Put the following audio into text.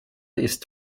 ist